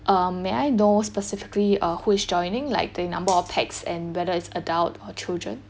um may I know specifically uh who is joining like the number of pax and whether it's adults or children